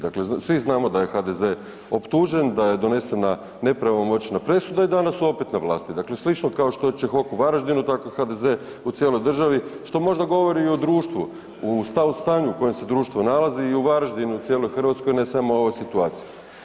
Dakle, svi znamo da je HDZ optužen, da je donesena nepravomoćna presuda i danas su opet na vlasti, dakle slično kao što je Čehok u Varaždinu, tako i HDZ u cijeloj državi, što možda govori i o društvu, u stanju u kojem se društvo nalazi i u Varaždinu i u cijeloj Hrvatskoj ne samo u ovoj situaciji.